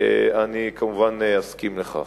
אני כמובן אסכים לכך.